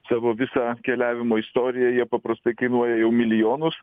savo visą keliavimo istoriją jie paprastai kainuoja jau milijonus